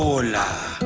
hola.